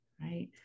right